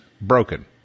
broken